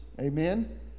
Amen